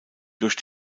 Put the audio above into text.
durch